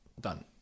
done